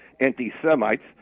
anti-Semites